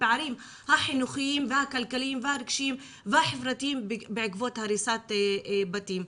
הפערים החינוכיים והכלכליים והרגשיים והחברתיים בעקבות הריסת בתים.